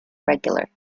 regular